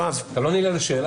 אתה לא עונה על השאלה.